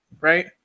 right